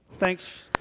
Thanks